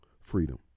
freedom